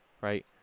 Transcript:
right